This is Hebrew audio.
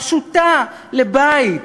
פשוטה, לבית.